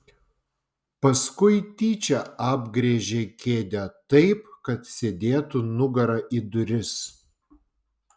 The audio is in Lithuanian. paskui tyčia apgręžė kėdę taip kad sėdėtų nugara į duris